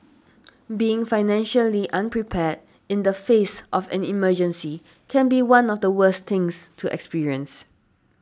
being financially unprepared in the face of an emergency can be one of the worst things to experience